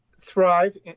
thrive